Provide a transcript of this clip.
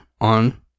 on